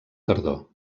tardor